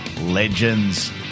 Legends